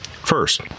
first